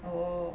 oh